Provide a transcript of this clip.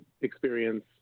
experience